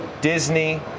Disney